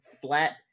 flat